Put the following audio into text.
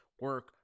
Work